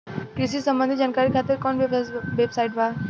कृषि से संबंधित जानकारी खातिर कवन वेबसाइट बा?